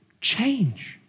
change